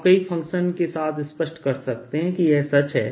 आप कई फंक्शन के साथ स्पष्ट कर सकते हैं कि यह सच है